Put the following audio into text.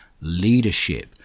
leadership